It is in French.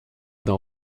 d’en